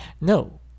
No